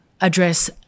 address